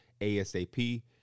ASAP